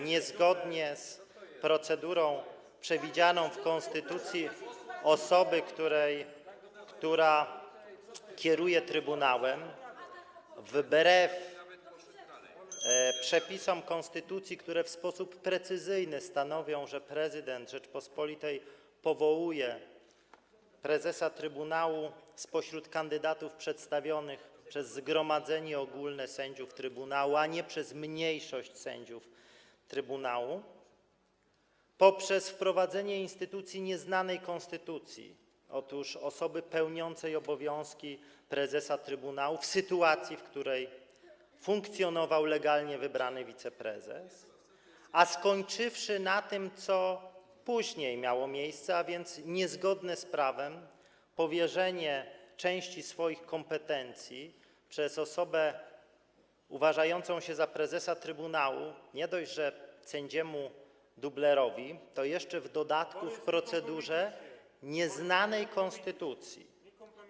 niezgodnie z procedurą przewidzianą w konstytucji osoby, która kieruje trybunałem [[Gwar na sali, dzwonek]] wbrew przepisom konstytucji, które w sposób precyzyjny stanowią, że prezydent Rzeczypospolitej powołuje prezesa trybunału spośród kandydatów przedstawionych przez zgromadzenie ogólne sędziów trybunału, a nie przez mniejszość sędziów trybunału, poprzez wprowadzenie instytucji nieznanej konstytucji, osoby pełniącej obowiązki prezesa trybunału w sytuacji, w której funkcjonował legalnie wybrany wiceprezes, a skończywszy na tym, co później miało miejsce, a więc niezgodne z prawem powierzenie części swoich kompetencji przez osobę uważającą się za prezesa trybunału nie dość, że sędziemu dublerowi, to jeszcze w dodatku w procedurze nieznanej konstytucji.